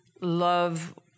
love